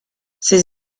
ses